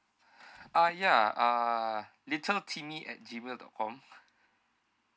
uh ya uh little timmy at G mail dot com